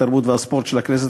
התרבות והספורט של הכנסת,